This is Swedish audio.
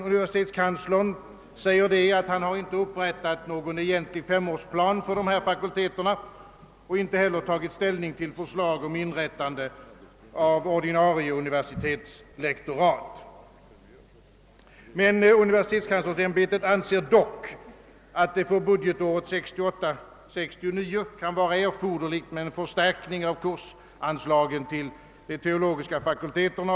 Universitetskanslern säger, att han inte upprättat någon egentlig femårsplan för dessa fakulteter och inte heller tagit ställning till förslag om inrättande av ordinarie universitetslektorat. Universitetskanslersämbetet anser dock, att det för budgetåret 1968/69 kan vara erforderligt med en förstärkning av kursanslaget till de teologiska fakulteterna.